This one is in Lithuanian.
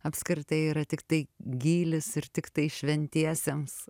apskritai yra tiktai gylis ir tiktai šventiesiems